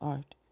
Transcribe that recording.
Art